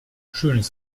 schönes